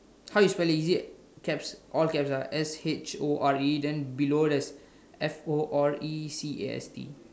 how you spell it is it caps all caps ah S H O R E then below there is F O R E C A S T